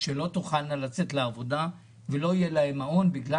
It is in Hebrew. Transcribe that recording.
שלא תוכלנה לצאת לעבודה כי לא יהיה להן מעון.